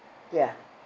ya